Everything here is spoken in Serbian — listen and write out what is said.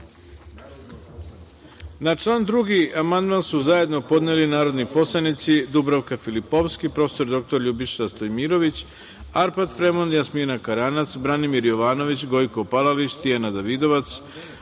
član 2. amandman su zajedno podneli narodni poslanici: Dubravka Filipovski, prof. dr Ljubiša Stojmirović, Arpad Fremond, Jasmina Karanac, Branimir Jovanović, Gojko Palalić, Tijana Davidovac,